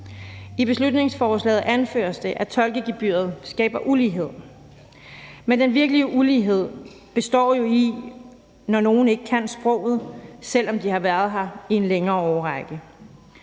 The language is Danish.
I beslutningsforslaget anføres det, at tolkegebyret skaber ulighed, men den virkelige ulighed består jo i, at nogle ikke kan sproget, selv om de har været her i en længere årrække.